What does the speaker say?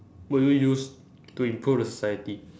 would you use to improve the society